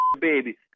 baby